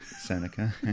seneca